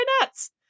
nuts